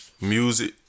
Music